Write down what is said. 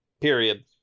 Period